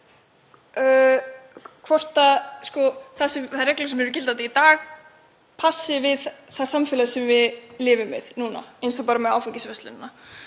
hvort þær reglur sem eru gildandi í dag passi við það samfélag sem við lifum í núna. Eins og bara með áfengisverslunina.